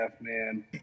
man